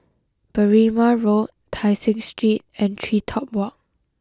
Berrima Road Tai Seng Street and TreeTop Walk